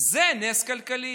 זה נס כלכלי.